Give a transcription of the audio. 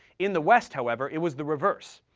in the west, however, it was the reverse.